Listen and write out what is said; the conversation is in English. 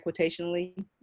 equitationally